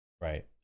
Right